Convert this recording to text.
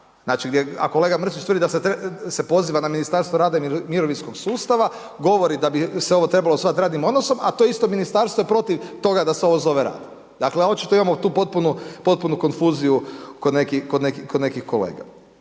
Znači, a kolega Mrsić tvrdi da se poziva na Ministarstvo rada i mirovinskog sustava, govori da bi se ovo trebalo zvati radnim odnosom, a to isto Ministarstvo je protiv toga da se ovo zove rad. Dakle, očito tu imamo potpunu konfuziju kod nekih kolega.